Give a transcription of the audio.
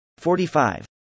45